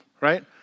right